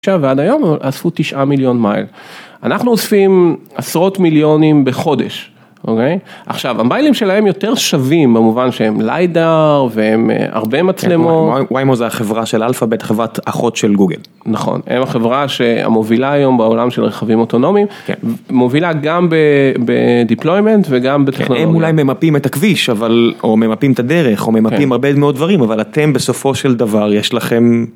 ועד היום אספו תשעה מיליון מייל. אנחנו אוספים עשרות מיליונים בחודש, אוקיי? עכשיו, המיילים שלהם יותר שווים במובן שהם ליידר, והם הרבה מצלמות, -וויימו זה החברה של אלפאבית, חברת אחות של גוגל. -נכון. הם החברה ש... המובילה היום בעולם של רכבים אוטונומיים. -כן. - מובילה גם בדיפלוימנט וגם בטכנולוגיה. הם אולי ממפים את הכביש, אבל... או ממפים את הדרך, או ממפים הרבה מאוד דברים, אבל אתם בסופו של דבר, יש לכם